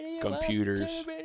computers